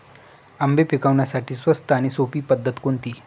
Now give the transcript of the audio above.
आंबे पिकवण्यासाठी स्वस्त आणि सोपी पद्धत कोणती?